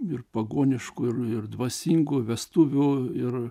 ir pagoniškų ir dvasingų vestuvių ir